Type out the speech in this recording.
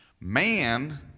Man